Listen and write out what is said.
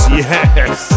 yes